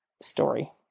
story